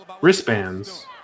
wristbands